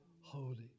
holy